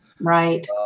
right